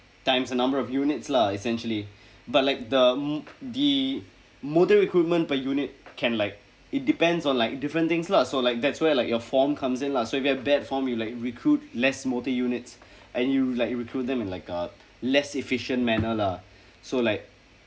times the number of units lah essentially but like the the motor equipment per unit can like it depends on like different things lah so like that's where like your form comes in lah so if you have bad form you like recruit less motor units and you like recruit them in like a less efficient manner lah so like